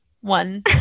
one